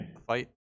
Fight